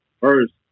First